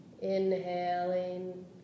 Inhaling